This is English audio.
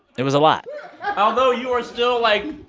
it was a lot although you are still, like,